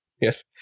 Yes